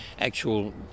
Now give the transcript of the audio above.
actual